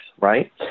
right